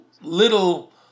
little